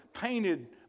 painted